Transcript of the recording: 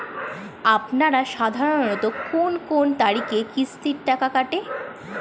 আপনারা সাধারণত কোন কোন তারিখে কিস্তির টাকা কাটে?